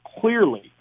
clearly